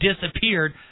disappeared